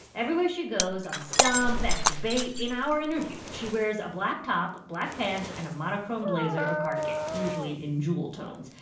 everywhere she goes, on the stump, at a debate, in our interview, she wears a black top, black pants and a monochrome blazer or cardigan usually in jewel tones.